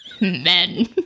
Men